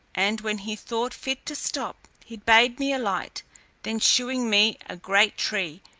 and when he thought fit to stop, he bade me alight then shewing me a great tree,